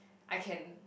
I can